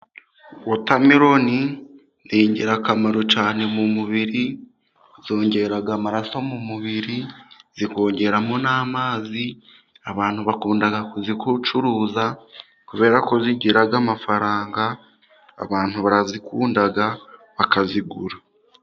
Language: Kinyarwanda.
Wotameroni ni ingirakamaro cyane mu mubiri, zongera amaraso mu mubiri, zikongeramo n'amazi. Abantu barazikunda kuzicuruza kubera ko zigira amafaranga, abantu barazikunda bakazigura.